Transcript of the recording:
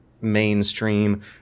mainstream